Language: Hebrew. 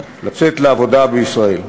לצאת לעבודה בישראל.